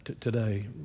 today